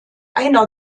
einer